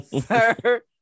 sir